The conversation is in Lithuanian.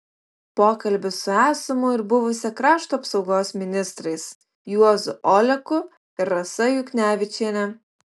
pokalbis su esamu ir buvusia krašto apsaugos ministrais juozu oleku ir rasa juknevičiene